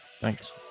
thanks